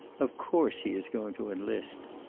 of course he is going to enlist.